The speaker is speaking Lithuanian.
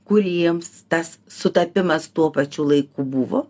kuriems tas sutapimas tuo pačiu laiku buvo